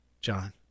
John